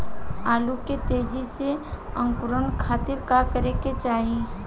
आलू के तेजी से अंकूरण खातीर का करे के चाही?